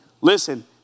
listen